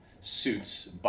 suits